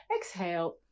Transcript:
exhale